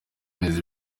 neza